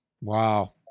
Wow